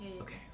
Okay